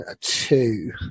two